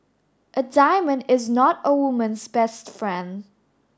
a diamond is not a woman's best friend